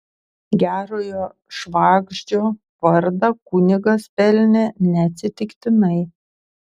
gerojo švagždžio vardą kunigas pelnė neatsitiktinai